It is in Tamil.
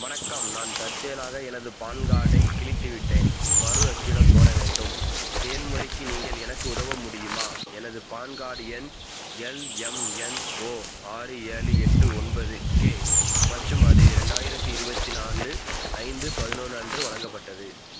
வணக்கம் நான் தற்செயலாக எனது பான் கார்டைக் கிழித்து விட்டேன் மறு அச்சிடக் கோர வேண்டும் செயல்முறைக்கு நீங்கள் எனக்கு உதவ முடியுமா எனது பான் கார்டு எண் எல் எம் என் ஓ ஆறு ஏழு எட்டு ஒன்பது கே மற்றும் அது ரெண்டாயிரத்தி இருபத்தி நாலு ஐந்து பதினொன்று அன்று வழங்கப்பட்டது